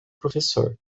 professor